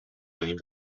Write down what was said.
این